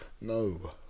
no